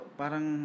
parang